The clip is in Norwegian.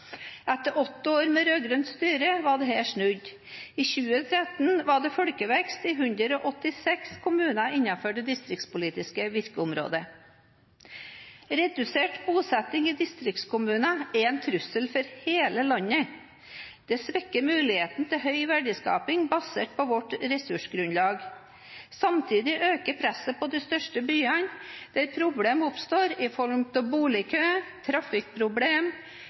Etter åtte år med rød-grønt styre var dette snudd. I 2013 var det folkevekst i 186 kommuner innenfor det distriktspolitiske virkeområdet. Redusert bosetting i distriktskommunene er en trussel for hele landet. Det svekker mulighetene til høy verdiskaping basert på vårt ressursgrunnlag. Samtidig øker presset på de største byene, der problemene oppstår i form av